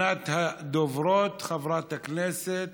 ראשונת הדוברות, חברת הכנסת